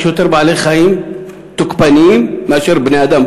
יש בו יותר בעלי-חיים תוקפניים מאשר בני-אדם,